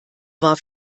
war